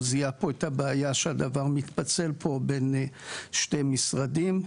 הוא זיהה פה את הבעיה שהדבר מתפצל פה בין שני משרדים,